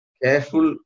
careful